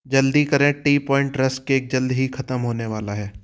जल्दी करें tea point rusk cake जल्द ही ख़त्म होने वाला है